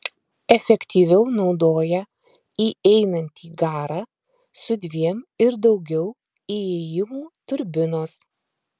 efektyviau naudoja įeinantį garą su dviem ir daugiau įėjimų turbinos